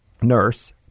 nurse